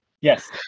yes